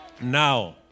Now